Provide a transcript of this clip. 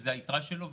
וזו הייתרה שלו,